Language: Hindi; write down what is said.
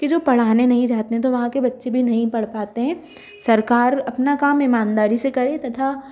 कि जो पढ़ाने नहीं जाते हैं तो वहाँ के बच्चे भी नहीं पढ़ पाते हैं सरकार अपना काम ईमानदारी से करे तथा